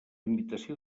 invitació